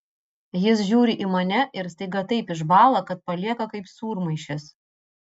jis žiūri į mane ir staiga taip išbąla kad palieka kaip sūrmaišis